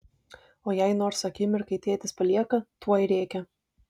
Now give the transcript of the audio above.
o jei nors akimirkai tėtis palieka tuoj rėkia